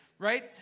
right